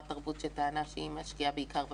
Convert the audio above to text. תרבות שטענה שהיא משקיעה בעיקר בפריפריה.